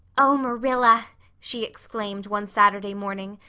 oh, marilla she exclaimed one saturday morning,